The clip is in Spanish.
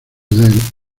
del